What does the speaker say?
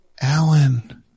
Alan